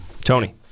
Tony